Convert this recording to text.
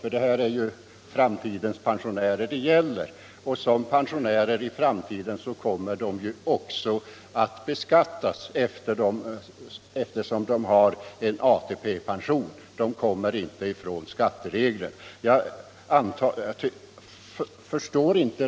Löntagarna är ju framtidens pensionärer. Som pensionärer i framtiden kommer de också att beskattas, eftersom de kommer att ha ATP-pension.